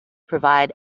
provide